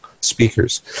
speakers